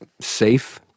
safe